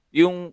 yung